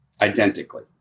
identically